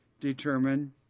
determine